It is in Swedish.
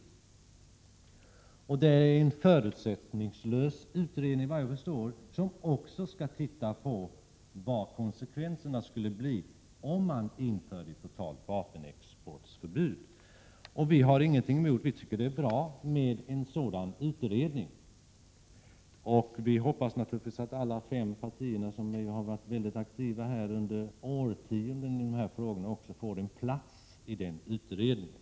Såvitt jag förstår är det en förutsättningslös utredning. Denna skall också undersöka vilka konsekvenserna skulle bli, om man införde ett totalt vapenexportförbud. Vi har ingenting emot en sådan utredning, tvärtom. Vi tycker faktiskt att det är bra med en sådan utredning. Dessutom hoppas vi att alla fem partier som under årtionden har varit väldigt aktiva i dessa frågor också blir representerade i utredningen.